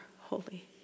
holy